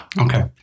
Okay